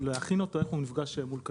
להכין אותו איך הוא נפגש מול קטין.